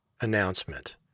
announcement